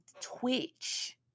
Twitch